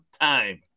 time